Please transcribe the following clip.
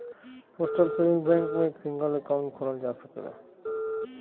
postal saving bank में एक single account खोलल जा सकला